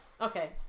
Okay